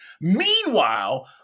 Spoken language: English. Meanwhile